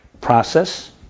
process